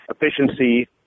efficiency